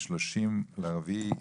30 באפריל 2023,